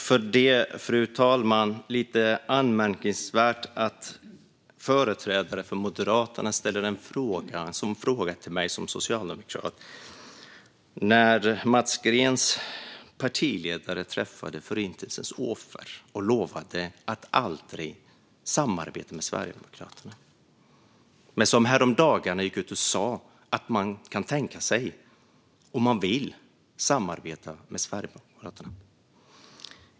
Fru talman! Det är lite anmärkningsvärt att en företrädare för Moderaterna ställer en sådan fråga till mig som socialdemokrat. Det var ju Mats Greens partiledare som träffade Förintelsens offer och lovade att aldrig samarbeta med Sverigedemokraterna och som sedan gick ut och sa att man kan tänka sig att samarbeta med Sverigedemokraterna.